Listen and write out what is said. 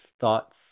thoughts